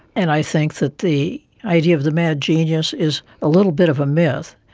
and i think that the idea of the mad genius is a little bit of a myth.